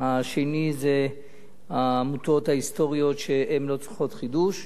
השני זה העמותות ההיסטוריות, שהן לא צריכות חידוש,